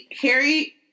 Harry